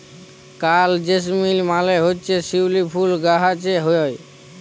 করাল জেসমিল মালে হছে শিউলি ফুল গাহাছে হ্যয়